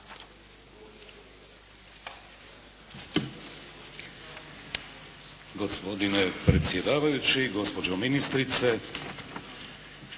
Gospodine predsjedavajući, gospođo ministrice.